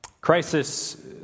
Crisis